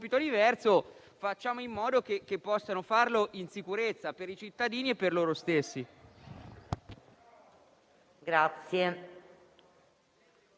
facciamo in modo che possano farlo in sicurezza per i cittadini e per loro stessi.